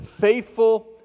faithful